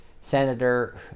Senator